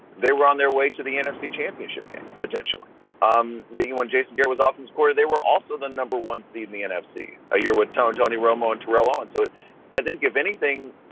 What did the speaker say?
they were on their way to the nfc championship game, potentially um being one. jason gear was often scored. they were also the number one seed in the nfc a year with tony, tony romo and torello. so i think, if anything,